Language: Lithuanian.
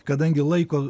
kadangi laiko